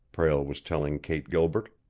prale was telling kate gilbert.